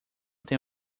tem